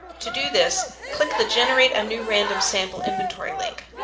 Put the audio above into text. to do this click the generate new random sample inventory link.